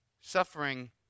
Suffering